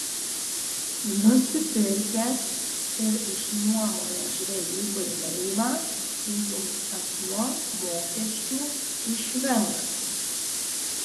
nusipirkęs ir išnuomojęs žvejybai laivą fizinis asmuo mokesčių išvengs